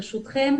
ברשותכם,